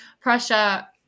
Prussia